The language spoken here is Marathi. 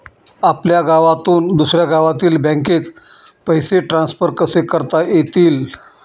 आपल्या गावातून दुसऱ्या गावातील बँकेत पैसे ट्रान्सफर कसे करता येतील?